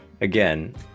again